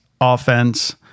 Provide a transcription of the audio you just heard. offense